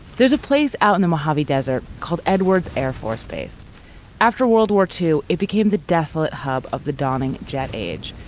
there's a place out in the mojave desert called edwards air force base after world war two. it became the desolate hub of the dawning jet age,